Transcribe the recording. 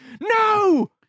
No